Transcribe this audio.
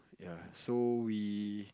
ya so we